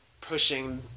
pushing